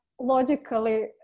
logically